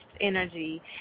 energy